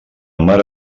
mare